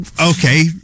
Okay